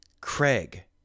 Craig